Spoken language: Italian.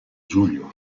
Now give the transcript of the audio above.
giulio